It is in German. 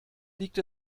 liegt